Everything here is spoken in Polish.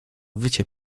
wycie